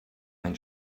ein